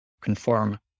conform